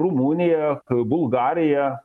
rumuniją bulgarija